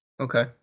Okay